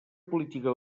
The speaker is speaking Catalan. política